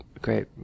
great